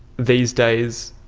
these days,